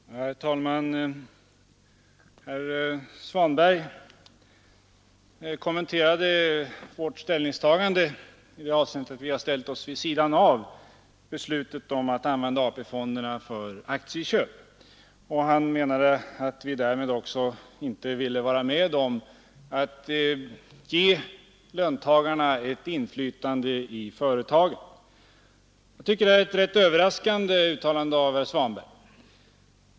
Herr talman! Herr Svanberg kommenterade vårt avslagsyrkande till att använda AP-fonderna för aktieköp och menade att vi därmed inte heller ville vara med om att ge löntagarna ett inflytande i företagen. Jag tycker det är ett rätt överraskande uttalande av herr Svanberg.